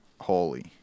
holy